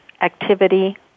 Activity